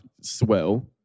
swell